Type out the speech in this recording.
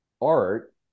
art